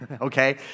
okay